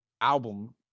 album